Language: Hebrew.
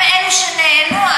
הם אלה שנהנו.